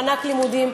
מענק לימודים,